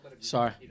Sorry